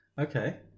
Okay